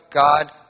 God